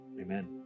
Amen